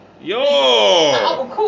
Yo